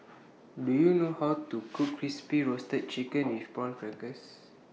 Do YOU know How to Cook Crispy Roasted Chicken with Prawn Crackers